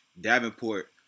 Davenport